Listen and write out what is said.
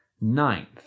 Ninth